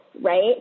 right